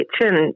kitchen